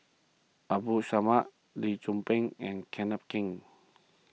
Abdul Samad Lee Tzu Pheng and Kenneth Keng